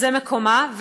זה מקומה.